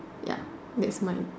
ya that's mine